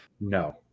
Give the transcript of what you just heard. No